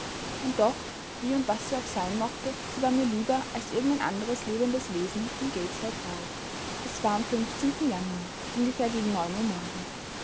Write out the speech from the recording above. und doch wie und was sie auch sein mochte sie war mir lieber als irgend ein anderes lebendes wesen in gateshead hall es war am januar ungefähr gegen neun uhr morgens